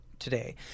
today